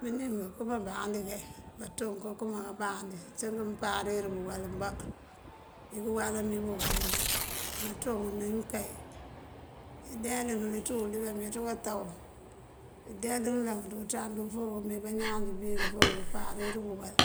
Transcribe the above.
Bënim këëmáa baambandi. Banţoŋ káambandi buunţënk mëëmparir bá uwala mbá. Búukúweelan bí bëënkël ido. Nanţoŋ, nimëënkeen këëndeelinël, këţúl dí bameenţú káto. Mëëndeelínël dí unţandu il fo këme, bañaan inji biki, ifok falírëţ bëkël.